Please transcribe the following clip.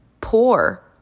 poor